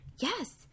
yes